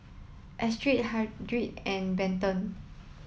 Astrid Hardin and Benton